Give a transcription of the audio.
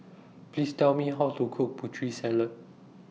Please Tell Me How to Cook Putri Salad